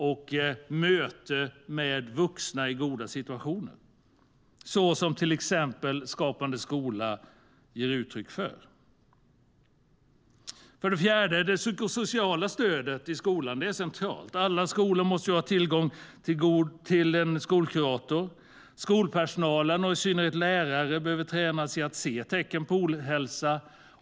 Det gäller också möten med vuxna i goda situationer, som till exempel Skapande skola ger uttryck för. Det psykosociala stödet i skolan är centralt. Alla skolor måste ha tillgång till en skolkurator. Skolpersonalen, i synnerhet lärare, behöver tränas i att se tecken på ohälsa.